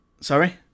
Sorry